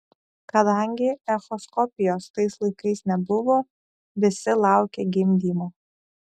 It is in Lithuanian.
kadangi echoskopijos tais laikais nebuvo visi laukė gimdymo